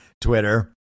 Twitter